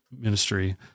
ministry